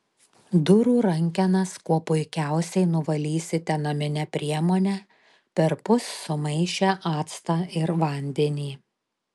durų rankenas kuo puikiausiai nuvalysite namine priemone perpus sumaišę actą ir vandenį